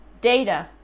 data